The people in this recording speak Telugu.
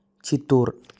చిత్తూర్